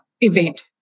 event